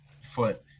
foot